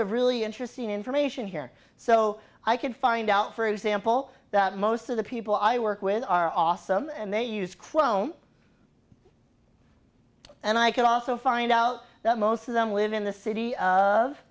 of really interesting information here so i could find out for example that most of the people i work with are awesome and they use chrome and i can also find out that most of them live in the city of